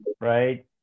right